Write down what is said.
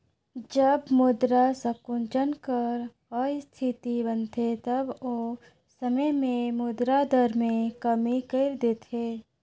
जब मुद्रा संकुचन कर इस्थिति बनथे तब ओ समे में मुद्रा दर में कमी कइर देथे